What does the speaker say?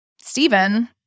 Stephen